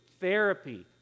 therapy